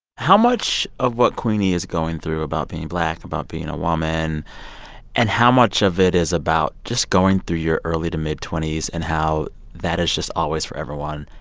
how much of what queenie is going through about being black, about being a woman and how much of it is about just going through your early to mid twenty s and how that is just always, for everyone,